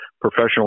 Professional